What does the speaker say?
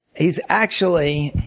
he's actually